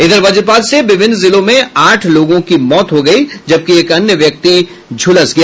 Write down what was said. इधर वज्रपात से विभिन्न जिलों में आठ लोगों की मौत हो गयी है जबकि एक अन्य व्यक्ति झुलस गया